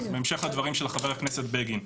בהמשך לדברים של חבר הכנסת בגין.